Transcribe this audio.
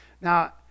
Now